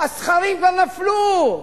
הסכרים כבר נפלו,